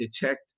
detect